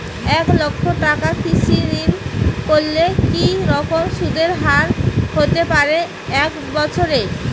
এক লক্ষ টাকার কৃষি ঋণ করলে কি রকম সুদের হারহতে পারে এক বৎসরে?